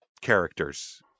characters